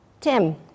Tim